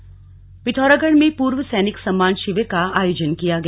सैनिक शिविर पिथौरागढ़ में पूर्व सैनिक सम्मान शिविर का आयोजन किया गया